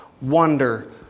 wonder